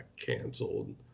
canceled